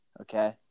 okay